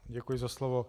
Děkuji za slovo.